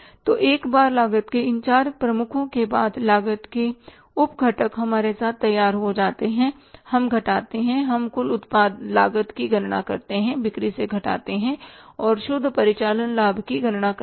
तो एक बार लागत के इन चार प्रमुखों के बाद लागत के उप घटक हमारे साथ तैयार हो जाते हैं हम घटाते हैं हम कुल लागत की गणना करते हैं बिक्री से घटाते हैं और शुद्ध परिचालन लाभ की गणना करते हैं